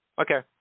Okay